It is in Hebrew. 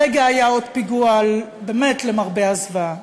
הרגע היה עוד פיגוע, באמת למרבה הזוועה.